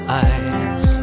eyes